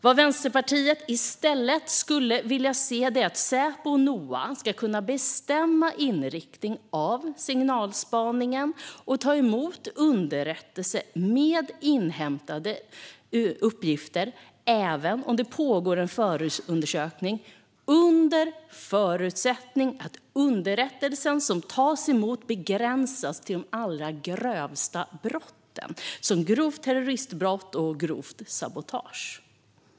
Vad Vänsterpartiet i stället skulle vilja se är att Säpo och NOA ska kunna bestämma inriktning av signalspaningen och ta emot underrättelse med inhämtade uppgifter även om det pågår en förundersökning - under förutsättning att underrättelserna som får tas emot begränsas till de allra grövsta brotten, som grovt terroristbrott, grovt sabotage och så vidare.